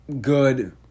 good